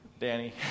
Danny